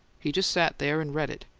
he just sat there and read it.